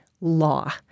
law